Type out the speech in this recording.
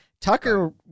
Tucker